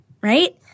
right